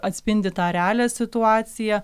atspindi tą realią situaciją